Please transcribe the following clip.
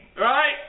right